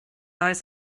lies